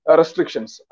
restrictions